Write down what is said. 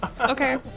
Okay